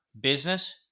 business